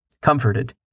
Comforted